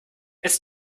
it’s